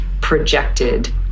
projected